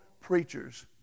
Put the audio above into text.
preachers